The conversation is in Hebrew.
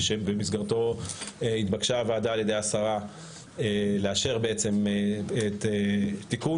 שבמסגרתו התבקשה הוועדה על ידי השרה לאשר בעצם את תיקון